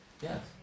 Yes